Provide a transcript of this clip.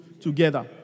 together